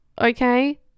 okay